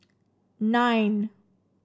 nine